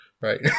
right